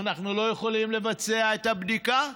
אנחנו לא יכולים לבצע את הבדיקה,